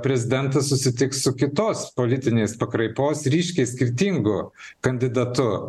prezidentas susitiks su kitos politinės pakraipos ryškiai skirtingu kandidatu